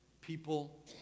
people